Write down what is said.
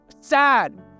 sad